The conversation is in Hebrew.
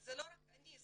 זה לא רק אני,